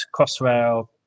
crossrail